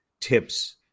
tips